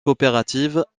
coopératives